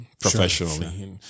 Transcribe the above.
professionally